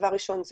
דבר ראשון,